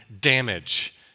damage